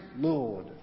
Lord